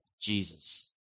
Jesus